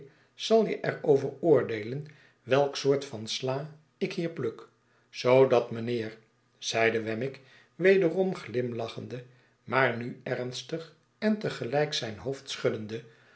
zal je er over oordeelen welk soort van sla ik hier pluk zoodat mijnheer zeide wemmick wederom glimlachende maar nu ernstig en te gelijk zijn hoofd schuddende